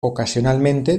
ocasionalmente